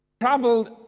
traveled